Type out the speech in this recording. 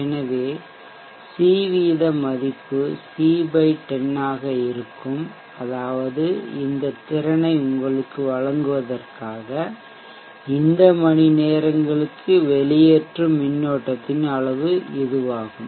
எனவே சி வீத மதிப்பு சி 10 ஆக இருக்கும் அதாவது இந்த திறனை உங்களுக்கு வழங்குவதற்காக இந்த மணிநேரங்களுக்கு வெளியேற்றும் மின்னோட்டத்தின் அளவு இதுவாகும்